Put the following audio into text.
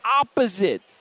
opposite